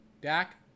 Dak